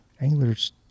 anglers